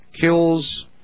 kills